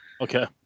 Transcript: Okay